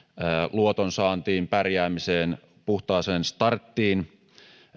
luotonsaantiin pärjäämiseen puhtaaseen starttiin